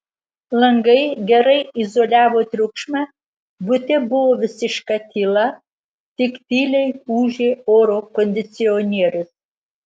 langai gerai izoliavo triukšmą bute buvo visiška tyla tik tyliai ūžė oro kondicionierius